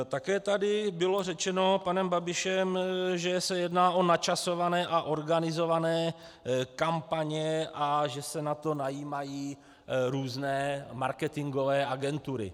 Také tady bylo řečeno panem Babišem, že se jedná o načasované a organizované kampaně a že se na to najímají různé marketingové agentury.